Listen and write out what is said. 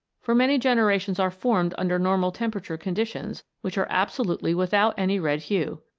for many generations are formed under normal temperature conditions which are absolutely without any red hue.